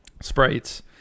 sprites